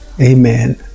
Amen